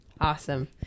Awesome